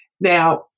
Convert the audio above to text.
Now